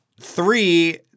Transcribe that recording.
three